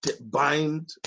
bind